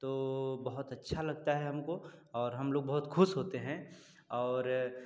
तो बहुत अच्छा लगता है हमको और हम लोग बहुत खुश होते हैँ और